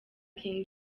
king